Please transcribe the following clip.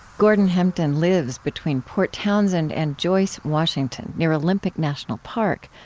gordon hempton lives between port townsend and joyce, washington, near olympic national park,